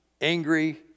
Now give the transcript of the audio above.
angry